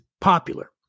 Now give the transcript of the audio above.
popular